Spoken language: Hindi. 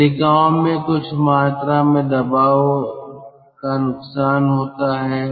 नलिकाओं में कुछ मात्रा में दबाव का नुकसान होता है